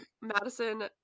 Madison